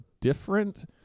different